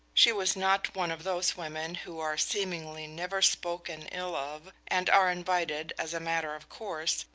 she was not one of those women who are seemingly never spoken ill of, and are invited as a matter of course,